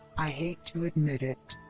i hate to admit it,